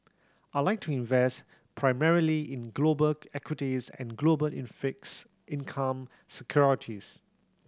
I like to invest primarily in global equities and global in fixed income securities